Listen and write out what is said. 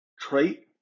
trait